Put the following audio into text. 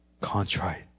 contrite